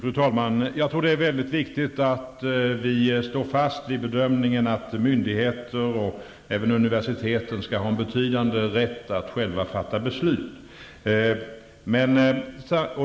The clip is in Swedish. Fru talman! Jag tror att det är viktigt att vi står fast vid bedömningen att myndigheter och universitet skall ha en betydande rätt att själva fatta beslut.